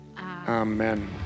Amen